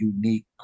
unique